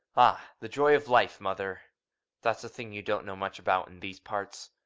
ah, the joy of life, mother that's a thing you don't know much about in these parts.